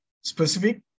specific